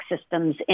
systems